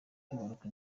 kwibaruka